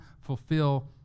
fulfill